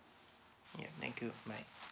ya thank you bye